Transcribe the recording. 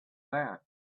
that